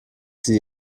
sie